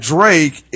Drake